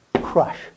crush